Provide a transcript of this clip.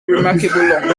remarkable